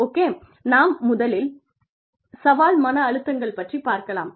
okay நாம் முதலில் சவால் மன அழுத்தங்கள் பற்றிப் பார்க்கலாம்